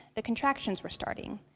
the contractions were starting.